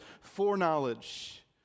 foreknowledge